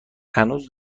هنوز